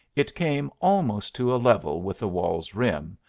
it came almost to a level with the wall's rim,